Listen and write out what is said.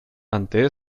ante